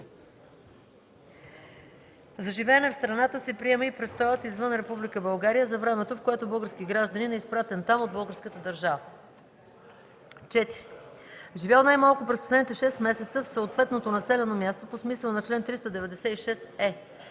За живеене в страната се приема и престоят извън Република България за времето, в което български гражданин е изпратен там от българската държава. 4. „Живял най-малко през последните 6 месеца в съответното населено място” по смисъла на чл. 396